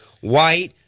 white